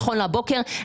נכון להבוקר,